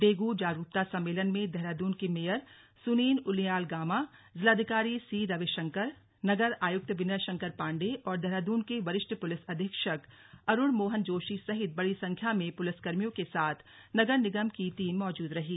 dengue जागरूकता सम्मेलन में देहरादून के मेयर सुनील उनियाल गामा जिलाधिकारी सी रविशंकर नगर आयुक्त विनय शंकर पांडेय और देहरादून के वरिष्ठ पुलिस अधीक्षक अरुण मोहन जोशी सहित बड़ी संख्या में पुलिसकमियों के साथ नगर निगम की टीम मौजूद रही